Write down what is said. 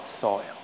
soil